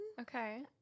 Okay